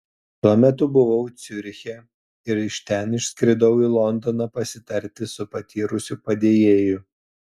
tuo metu buvau ciuriche ir iš ten išskridau į londoną pasitarti su patyrusiu padėjėju